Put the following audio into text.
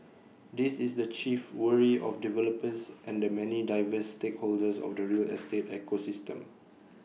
this is the chief worry of developers and the many diverse stakeholders of the real estate ecosystem